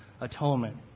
Atonement